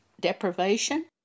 deprivation